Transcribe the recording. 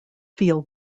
feel